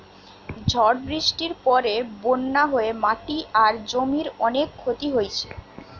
ঝড় বৃষ্টির পরে বন্যা হয়ে মাটি আর জমির অনেক ক্ষতি হইছে